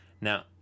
Now